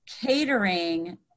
catering